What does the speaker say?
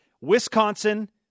Wisconsin